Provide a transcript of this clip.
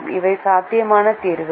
இவை சாத்தியமான தீர்வுகள்